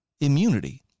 immunity